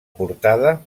portada